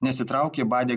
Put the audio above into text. nesitraukė badė